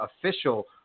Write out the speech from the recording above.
official